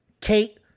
Kate